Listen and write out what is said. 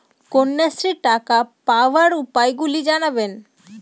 কন্যাশ্রীর টাকা পাওয়ার উপায়গুলি জানাবেন?